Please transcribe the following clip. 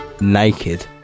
naked